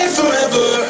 forever